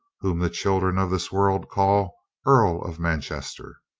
whom the children of this world call earl of manchester.